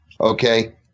Okay